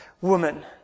woman